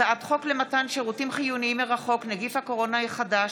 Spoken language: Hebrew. הצעת חוק למתן שירותים חיוניים מרחוק (נגיף הקורונה החדש,